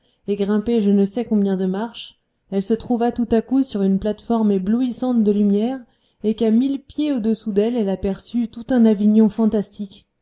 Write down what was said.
et grimpé je ne sais combien de marches elle se trouva tout à coup sur une plate-forme éblouissante de lumière et qu'à mille pieds au-dessous d'elle elle aperçut tout un avignon fantastique